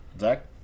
Zach